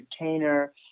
entertainer